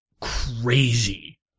crazy